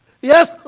Yes